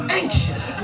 anxious